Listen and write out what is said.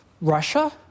Russia